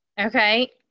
Okay